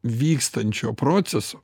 vykstančio proceso